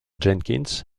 jenkins